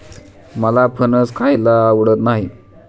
मला फणस खायला आवडत नाही